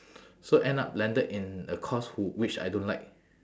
so end up landed in a course who which I don't like